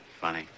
funny